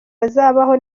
bazabaho